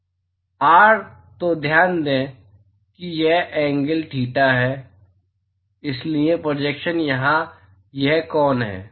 r तो ध्यान दें कि यह एंगल dtheta है और इसलिए प्रोजेक्शन यहाँ यह कोन है